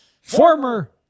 former